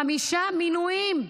חמישה מינויים.